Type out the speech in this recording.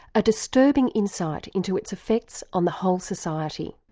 a disturbing insight into its effects on the whole society.